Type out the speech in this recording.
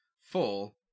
full